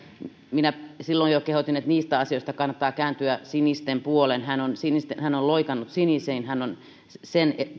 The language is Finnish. minä silloin jo kehotin että niissä asioissa kannattaa kääntyä sinisten puoleen hän on loikannut sinisiin hän on sen